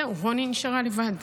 זהו, רוני נשארה לבד.